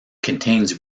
contains